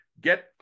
get